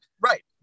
Right